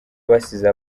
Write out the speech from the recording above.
basize